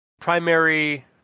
primary